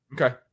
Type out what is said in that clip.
Okay